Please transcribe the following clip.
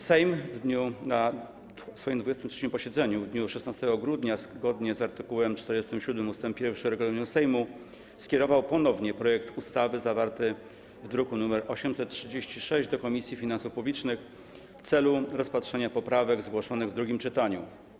Sejm na 23. posiedzeniu w dniu 16 grudnia zgodnie z art. 47 ust. 1 regulaminu Sejmu skierował ponownie projekt ustawy zawarty w druku nr 836 do Komisji Finansów Publicznych w celu rozpatrzenia poprawek zgłoszonych w drugim czytaniu.